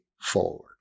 forward